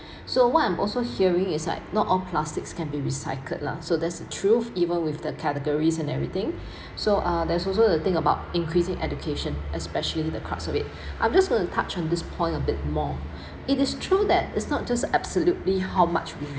so what I'm also hearing is like not all plastics can be recycled lah so that's the truth even with the categories and everything so uh there's also the thing about increasing education especially the crux of it I'm just going to touch on this point a bit more it is true that it's not just absolutely how much we